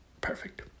Perfect